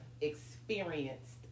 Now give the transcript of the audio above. experienced